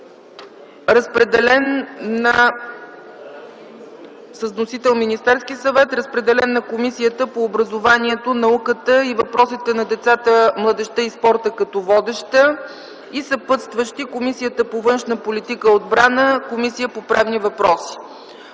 на времето. Вносител е Министерският съвет. Разпределен е на Комисията по образованието, науката и въпросите на децата, младежта и спорта като водеща и съпътстващи – Комисията по външна политика и отбрана и Комисията по правни въпроси;